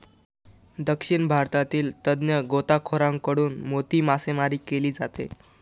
दक्षिण भारतातील तज्ञ गोताखोरांकडून मोती मासेमारी केली जाते